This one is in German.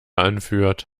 anführt